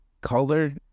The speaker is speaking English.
color